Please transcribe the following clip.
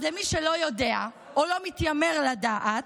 אז למי שלא יודע או מתיימר לא לדעת,